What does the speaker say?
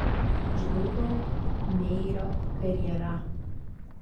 žlugo meirio karjera